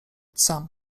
sam